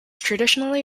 traditionally